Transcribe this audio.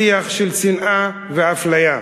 שיח של שנאה ואפליה.